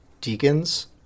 deacons